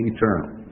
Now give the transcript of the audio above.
Eternal